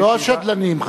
לא השדלנים,